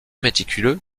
méticuleux